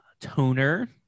toner